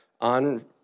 on